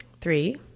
Three